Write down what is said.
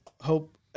hope